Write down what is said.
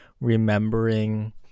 remembering